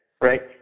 right